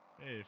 Hey